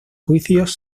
juicios